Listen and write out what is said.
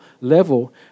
level